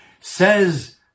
Says